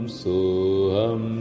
soham